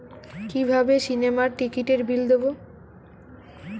কিভাবে সিনেমার টিকিটের বিল দেবো?